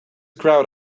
crowd